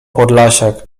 podlasiak